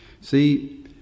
See